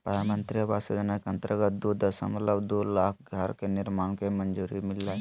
प्रधानमंत्री आवास योजना के अंतर्गत दू दशमलब दू लाख घर के निर्माण के मंजूरी मिललय